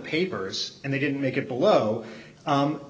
papers and they didn't make it below and